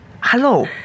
Hello